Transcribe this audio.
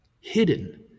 Hidden